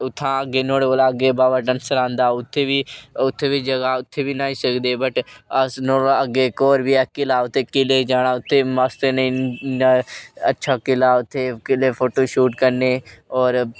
नुआढ़े कोला अग्गै बाबा धनसर आंदा उत्थै बी इक जगह उत्थै बी न्हाई सकदे बट अस नुआढ़े कोला अग्गै इक होर बी ऐ किला ते किले गी जन्नां उत्थै मस्त नेहा अच्छा किला च फोटो शूट करने और